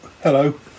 hello